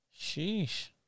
sheesh